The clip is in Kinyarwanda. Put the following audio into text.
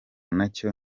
nacyo